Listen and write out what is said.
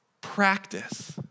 Practice